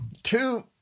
Two